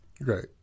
Right